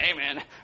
amen